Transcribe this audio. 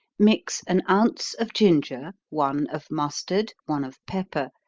mix an ounce of ginger, one of mustard, one of pepper,